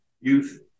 youth